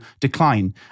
decline